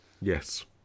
Yes